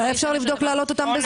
אולי אפשר לבדוק להעלות אותם בזום.